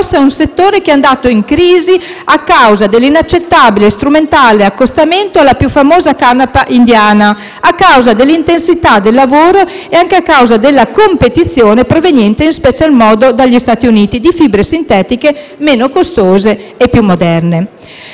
risposta a un settore che è andato in crisi a causa dell'inaccettabile e strumentale accostamento alla più famosa canapa indiana, dell'intensità del lavoro e anche della competizione, proveniente in special modo dagli Stati Uniti, di fibre sintetiche meno costose e più moderne.